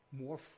more